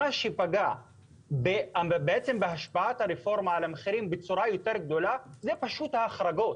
מה שפגע בהשפעת הרפורמה על המחירים בצורה יותר גדולה זה פשוט ההחרגות,